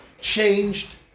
changed